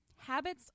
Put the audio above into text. Habits